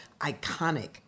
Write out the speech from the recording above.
iconic